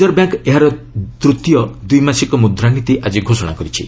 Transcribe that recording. reserve bank ଏହାର ତୃତୀୟ ଦ୍ୱିମାସିକ ମୁଦ୍ରାନୀତି ଆଜି ଘୋଷଣା କରିଛି